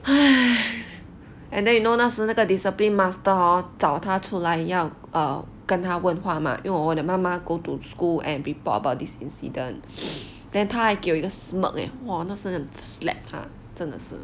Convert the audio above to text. and then you know 那时那个 discipline master hor 找他出来要跟他问话 mah 因为我的妈妈 go to school and report about this incident then 他还给我有一个 smirk leh 那时很 slap 他真的是